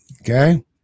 okay